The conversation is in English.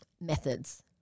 methods